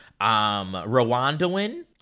Rwandan